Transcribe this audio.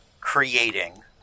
creating